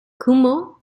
cuomo